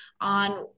on